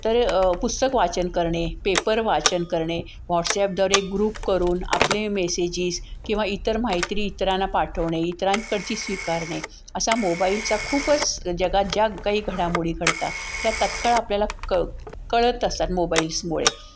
तर पुस्तक वाचन करणे पेपर वाचन करणे व्हॉट्सॲपद्वारे ग्रुप करून आपले मेसेजीस किंवा इतर माहिती इतरांना पाठवणे इतरांकडची स्वीकारणे असा मोबाईलचा खूपच जगात ज्या काही घडामोडी घडतात त्या तत्काळ आपल्याला क कळत असतात मोबाईल्समुळे